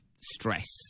stress